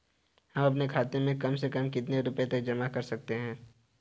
हम अपने खाते में कम से कम कितने रुपये तक जमा कर सकते हैं?